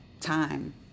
time